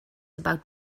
about